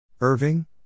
Irving